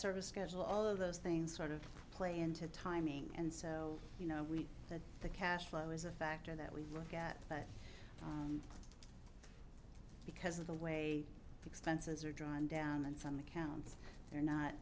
service schedule all of those things sort of play into timing and so you know we had the cash flow is a factor that we look at but because of the way expenses are drawn down and some accounts they're not